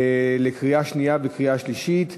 לקריאה שנייה ולקריאה שלישית.